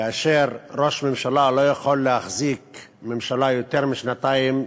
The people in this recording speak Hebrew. כאשר ראש ממשלה לא יכול להחזיק ממשלה יותר משנתיים,